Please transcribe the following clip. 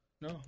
No